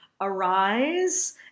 Arise